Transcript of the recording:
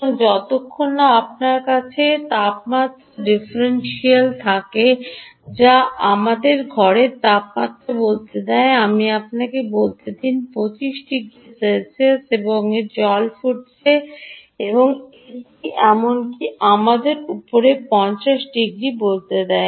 সুতরাং যতক্ষণ না আপনার কাছে তাপমাত্রা ডিফারেনশিয়াল থাকে যা আমাদের ঘরের তাপমাত্রা বলতে দেয় আপনি আমাদের বলতে পারেন 25 ডিগ্রি সেলসিয়াস এবং জল ফুটছে এবং এটি এমনকি আমাদের উপরে 50 ডিগ্রি বলতে দেয়